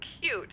cute